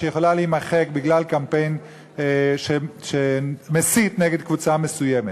שיכולה להימחק בגלל קמפיין שמסית נגד קבוצה מסוימת.